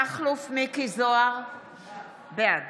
בעד